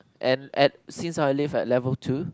and and since I live at level two